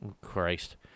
Christ